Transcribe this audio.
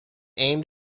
aimed